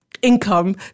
income